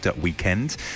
weekend